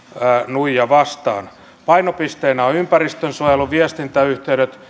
nuija vastaan painopisteenä on ympäristönsuojelu viestintäyhteydet